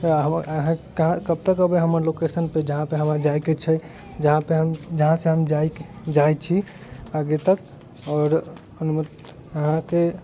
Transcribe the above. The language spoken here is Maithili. अहाँ कब तक अयबै हमर लोकेशन पर हमरा जाय के छै जहाँ पे हम जहाँ से हम जाय छी आगे तक आओर अहाँके